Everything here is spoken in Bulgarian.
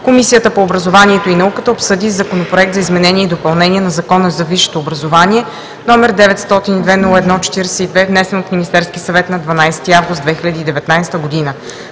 Комисията по образованието и науката обсъди Законопроект за изменение и допълнение на Закона за висшето образование, № 902-01-42, внесен от Министерски съвет на 12 август 2019 г.